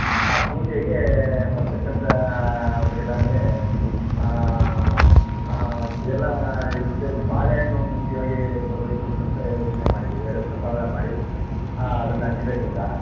ಆ ಆ ಪೂಜೆಗೆ ಬರತಕ್ಕಂಥ ಅವ್ರಿಗೆ ಎಲ್ಲಾನು ಎಲ್ಲ ಇದ್ರ ಜೊತೆ ಬಾಳೆಹಣ್ಣು ಮುಖ್ಯವಾಗಿ ಕೊಡಬೇಕು ಅಂತ ಅಂತ ಯೋಚನೆ ಮಾಡಿದ್ದೀವಿ ಅದರ ಪ್ರಸಾದ ಮಾಡಿ ಅದ್ರಲ್ಲಿ ಹಂಚ್ಬೇಕು ಅಂತ